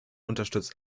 unterstützt